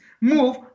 move